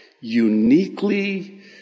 uniquely